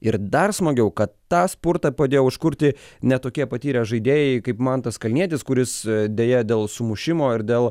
ir dar smagiau kad tą spurtą padėjo užkurti ne tokie patyrę žaidėjai kaip mantas kalnietis kuris deja dėl sumušimo ir dėl